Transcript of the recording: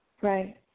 Right